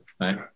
right